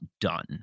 done